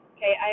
Okay